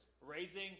Raising